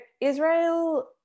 israel